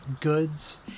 goods